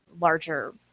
larger